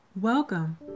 Welcome